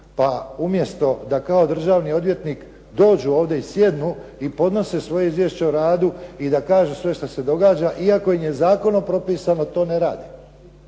pa umjesto da kao državni odvjetnik dođu ovdje i sjednu i podnose svoje izvješće o radu i da kažu sve što se događa iako im je zakonom propisano to ne rade.